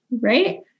right